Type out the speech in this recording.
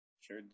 sure